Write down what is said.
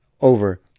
over